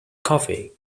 coffee